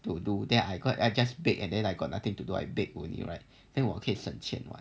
to do then I just baked and then I got nothing to do I bake only right then 我可以省钱 [what]